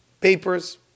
papers